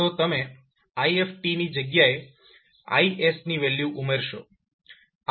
તો તમે if ની જગ્યાએ Is ની વેલ્યુ ઉમેરશો